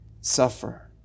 suffer